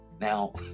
Now